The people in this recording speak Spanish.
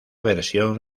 versión